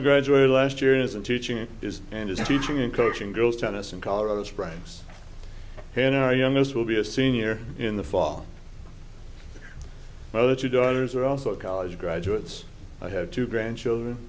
job graduated last year is in teaching it is and is teaching and coaching girls tennis in colorado springs in our youngest will be a senior in the fall the other two daughters are also college graduates i have two grandchildren